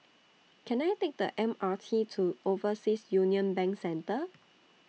Can I Take The M R T to Overseas Union Bank Centre